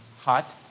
hot